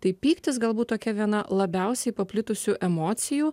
tai pyktis galbūt tokia viena labiausiai paplitusių emocijų